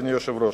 אדוני היושב-ראש?